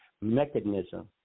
mechanism